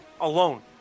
alone